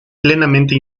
plenamente